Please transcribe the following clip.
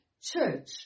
church